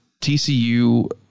TCU